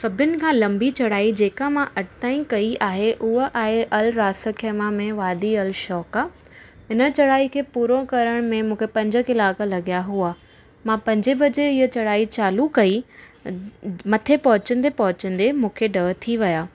सभिनि खां लंबी चढ़ाई जेका मां अॼु ताईं कई आहे उहा आहे अल रास खेमा में वादी अलशोका हिन चढ़ाई खे पूरो करण में मूंखे पंज कलाक लॻिया हुआ मां पंजे वजे इहा चढ़ाई चालू कई मथे पहुचंदे पहुचंदे मूंखे ॾह थी विया